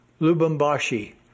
Lubumbashi